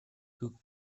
who